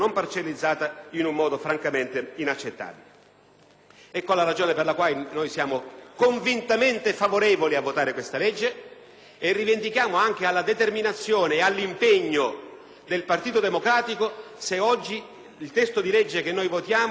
Ecco la ragione per la quale siamo convintamente favorevoli a votare questo provvedimento. Inoltre, rivendichiamo anche alla determinazione e all'impegno del Partito Democratico se oggi il testo che votiamo prevede il mantenimento nel sistema elettorale